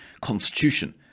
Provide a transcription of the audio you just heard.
constitution